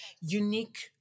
unique